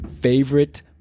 favorite